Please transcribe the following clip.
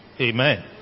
Amen